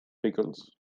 pickles